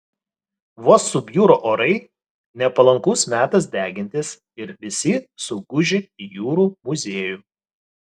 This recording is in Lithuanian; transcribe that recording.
vos subjuro orai nepalankus metas degintis ir visi suguži į jūrų muziejų